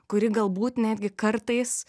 kuri galbūt netgi kartais